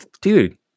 dude